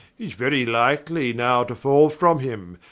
hee's very likely now to fall from him,